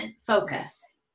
focus